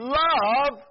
love